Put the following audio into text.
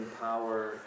power